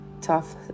tough